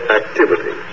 activity